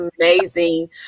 amazing